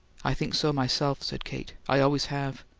i think so myself, said kate. i always have.